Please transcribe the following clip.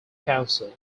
council